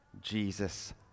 Jesus